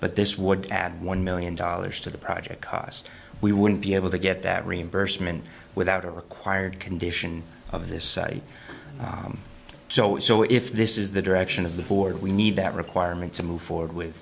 but this would add one million dollars to the project cost we wouldn't be able to get that reimbursement without a required condition of this site so so if this is the direction of the board we need that requirement to move forward with